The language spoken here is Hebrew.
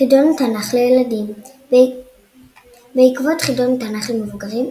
חידון התנ"ך לילדים בעקבות חידון התנ"ך למבוגרים,